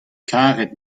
karet